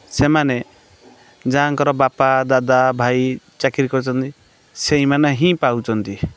ସେମାନେ ଯାହାଙ୍କର ବାପା ଦାଦା ଭାଇ ଚାକିରି କରିଛନ୍ତି ସେଇ ମାନେ ହିଁ ପାଉଛନ୍ତି